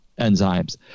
enzymes